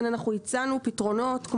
אנחנו הצענו פתרונות,